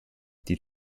die